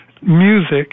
music